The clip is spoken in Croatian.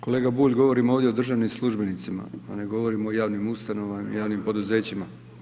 Kolega Bulj, govorimo ovdje o državnim službenicima a ne govorimo o javnim ustanovama ni o javnim poduzećima.